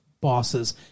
bosses